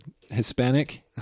Hispanic